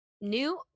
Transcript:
new